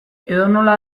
edonola